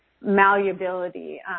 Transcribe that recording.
malleability